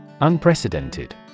Unprecedented